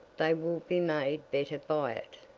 they will be made better by it.